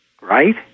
Right